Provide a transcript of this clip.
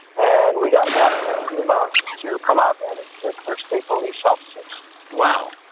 and we got asked by fema to come out and assist their state police officers wow.